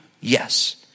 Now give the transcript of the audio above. Yes